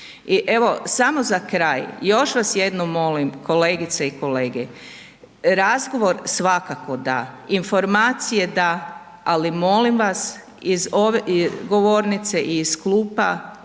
evo, samo za kraj, još vas jednom molim kolegice i kolege, razgovor svakako da, informacije da, ali molim vas iz ove govornice i iz klupa